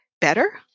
better